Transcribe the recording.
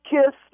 Kiss